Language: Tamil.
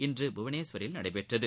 இன்று புவனேஸ்வரில் நடைபெற்றது